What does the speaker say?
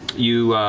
you.